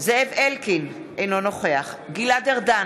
זאב אלקין, אינו נוכח גלעד ארדן,